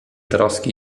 troski